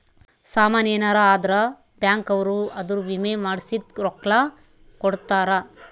ಸಾಮನ್ ಯೆನರ ಅದ್ರ ಬ್ಯಾಂಕ್ ಅವ್ರು ಅದುರ್ ವಿಮೆ ಮಾಡ್ಸಿದ್ ರೊಕ್ಲ ಕೋಡ್ತಾರ